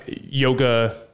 yoga